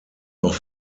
auch